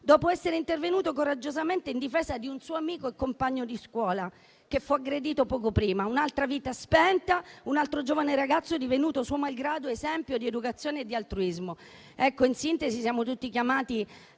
dopo essere intervenuto coraggiosamente in difesa di un suo amico e compagno di scuola, aggredito poco prima; un'altra vita spenta, un altro giovane ragazzo divenuto suo malgrado esempio di educazione e di altruismo.